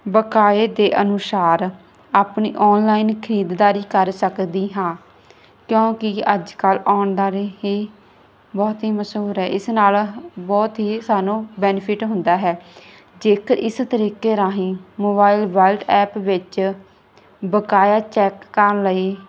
ਬਕਾਏ ਦੇ ਅਨੁਸਾਰ ਆਪਣੀ ਆਨਲਾਈਨ ਖਰੀਦਦਾਰੀ ਕਰ ਸਕਦੀ ਹਾਂ ਕਿਉਂਕਿ ਅੱਜ ਕੱਲ੍ਹ ਆਉਣ ਦਾਰੀ ਹੀ ਬਹੁਤ ਹੀ ਮਸ਼ਹੂਰ ਹੈ ਇਸ ਨਾਲ ਬਹੁਤ ਹੀ ਸਾਨੂੰ ਬੈਨੀਫਿਟ ਹੁੰਦਾ ਹੈ ਜੇਕਰ ਇਸ ਤਰੀਕੇ ਰਾਹੀਂ ਮੋਬਾਇਲ ਵਾਲਟ ਐਪ ਵਿੱਚ ਬਕਾਇਆ ਚੈੱਕ ਕਰਨ ਲਈ